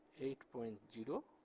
eight point zero,